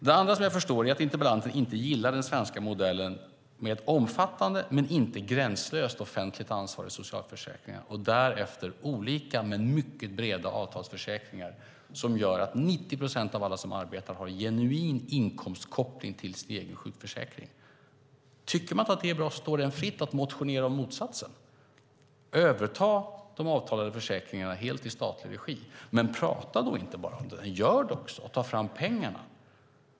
Det andra som jag förstår är att interpellanten inte gillar den svenska modellen med ett omfattande men inte gränslöst offentligt ansvar i socialförsäkringen och dessutom olika men mycket breda avtalsförsäkringar som gör att 90 procent av alla som arbetar har en genuin inkomstkoppling till sin egen sjukförsäkring. Tycker man inte att det är bra står det en fritt att motionera om motsatsen, det vill säga att överta de avtalade försäkringarna helt i statlig regi. Men prata inte bara om det, utan gör det också och ta fram pengarna!